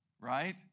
right